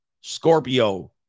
Scorpio